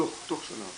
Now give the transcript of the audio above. דוח תוך שנה,